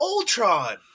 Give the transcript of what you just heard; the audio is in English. Ultron